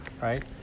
right